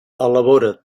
elabora